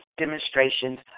demonstrations